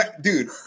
dude